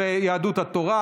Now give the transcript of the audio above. ויהדות התורה.